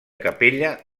capella